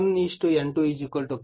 5 KV kilovolt ఇవ్వబడినది